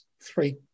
three